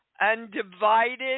undivided